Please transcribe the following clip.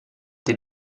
did